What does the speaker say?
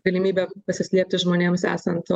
galimybė pasislėpti žmonėms esant